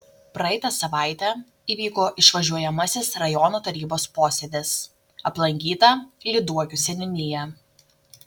praeitą savaitę įvyko išvažiuojamasis rajono tarybos posėdis aplankyta lyduokių seniūnija